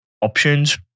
options